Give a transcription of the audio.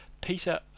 Peter